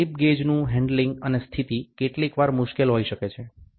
તેથી સ્લિપ ગેજનું હેન્ડલિંગ અને સ્થિતિ કેટલીકવાર મુશ્કેલ હોઈ શકે છે